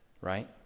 right